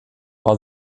war